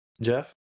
Jeff